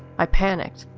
i panicked,